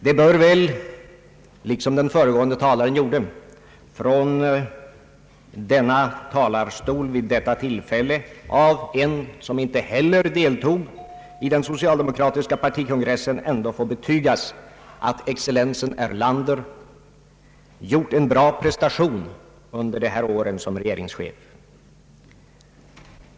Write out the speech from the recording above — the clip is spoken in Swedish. Det bör väl, liksom det gjordes av föregående talare, från denna talarstol vid detta tillfälle av en som inte heller deltog i den socialdemokratiska kongressen ändå få betygas att excellensen Erlander gjort en bra prestation under de här åren som regeringschef.